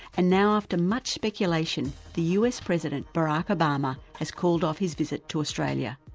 and now after much speculation the us president, barack obama, has called off his visit to australia.